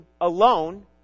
alone